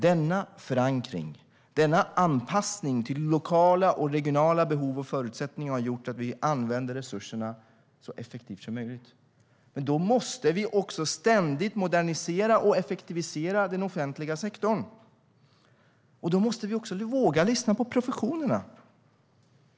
Denna förankring i och anpassning till lokala och regionala behov och förutsättningar har gjort att vi använder resurserna så effektivt som möjligt. Vi måste ständigt modernisera och effektivisera den offentliga sektorn, och då måste vi också våga lyssna på professionerna.